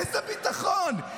איזה ביטחון?